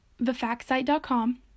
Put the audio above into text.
thefactsite.com